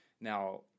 Now